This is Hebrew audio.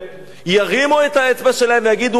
ירימו את האצבע שלהם ויגידו: אכן,